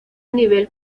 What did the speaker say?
nivel